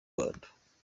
rwanda